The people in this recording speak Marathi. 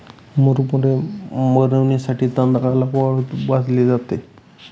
मुरमुरे बनविण्यासाठी तांदळाला वाळूत भाजले जाते